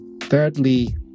Thirdly